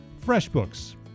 FreshBooks